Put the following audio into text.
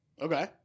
Okay